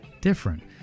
different